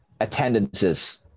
attendances